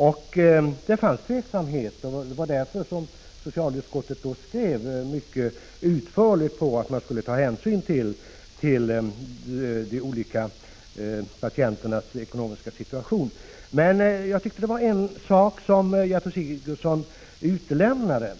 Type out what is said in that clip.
— Trffomm ond ng Det fanns då oklarheter, och därför skrev socialutskottet mycket utförligt att man skulle ta hänsyn till de olika patienternas ekonomiska situation. Det var emellertid en sak som Gertrud Sigurdsen utelämnade,